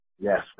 Yes